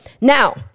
Now